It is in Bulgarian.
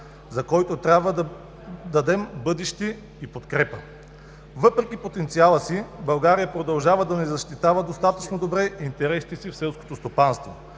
за който трябва да дадем бъдеще и подкрепа. Въпреки потенциала си България продължава да не защитава достатъчно добре интересите си в селското стопанство.